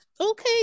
okay